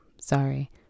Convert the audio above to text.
Sorry